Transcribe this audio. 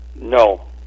No